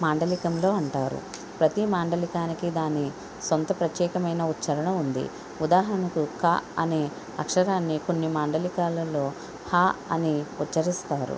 మాండలికంలో అంటారు ప్రతి మాండలికానికి దాని సొంత ప్రత్యేకమైన ఉచ్చరణ ఉంది ఉదాహరణకు క అనే అక్షరాన్ని కొన్ని మాండలికాలలో హ అని ఉచ్ఛరిస్తారు